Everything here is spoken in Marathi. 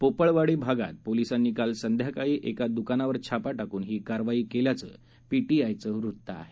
पोपळवाडी भागात पोलिसांनी काल संध्याकाळी एका दुकानावर छापा श्क्रून ही कारवाई केल्याचं पीशीआयचं वृत्त आहे